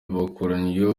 bakurikiranyweho